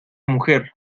mujer